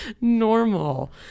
normal